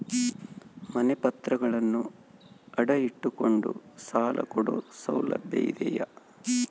ಮನೆ ಪತ್ರಗಳನ್ನು ಅಡ ಇಟ್ಟು ಕೊಂಡು ಸಾಲ ಕೊಡೋ ಸೌಲಭ್ಯ ಇದಿಯಾ?